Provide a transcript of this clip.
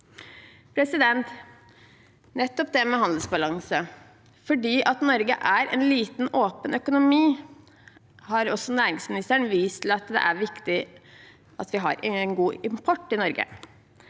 Og til nettopp handelsbalansen: Fordi Norge er en liten, åpen økonomi har også næringsministeren vist til at det er viktig at vi har en god import til Norge.